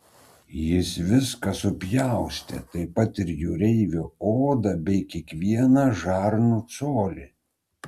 jis viską supjaustė taip pat ir jūreivio odą bei kiekvieną žarnų colį